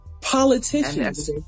politicians